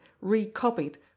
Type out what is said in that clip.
recopied